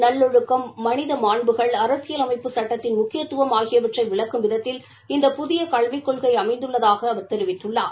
நல்லொழுக்கம் மனித மாண்புகள் அரசியல் அமைப்புச் சுட்டத்தின் முக்கியத்துவம் ஆகியவற்றை விளக்கும் விதத்தில் இந்த புதிய கல்விக் கொள்கை அமைந்துள்ளதாகக் தெரிவித்துள்ளார்